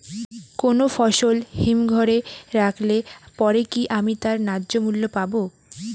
কোনো ফসল হিমঘর এ রাখলে পরে কি আমি তার ন্যায্য মূল্য পাব?